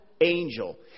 angel